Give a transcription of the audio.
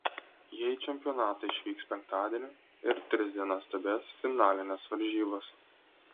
jie į čempionatą išvyks penktadienį ir tris dienas stebės finalines varžybas